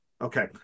okay